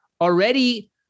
already